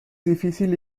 difícil